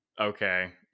okay